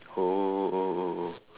oh oh oh oh